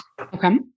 Okay